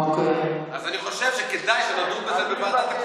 אז אני חושב שכדאי שנדון בזה בוועדת הכספים,